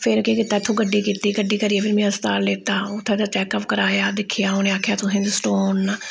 फिर केह् कीता इत्थूं गड्डी कीती गड्डी करियै फिर मी हस्पताल लेता उत्थै गै चैक अप कराया दिक्खेआ उ'नें आखेआ तुसें ते स्टोन न